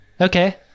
Okay